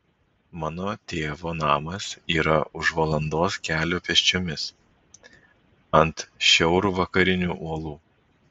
mano tėvo namas yra už valandos kelio pėsčiomis ant šiaurvakarinių uolų